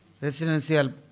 residential